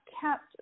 kept